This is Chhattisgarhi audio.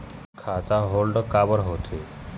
खाता होल्ड काबर होथे?